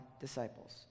disciples